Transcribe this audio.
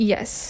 Yes